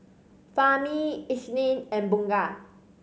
Fahmi Isnin and Bunga